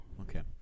Okay